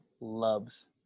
loves